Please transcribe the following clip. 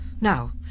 Now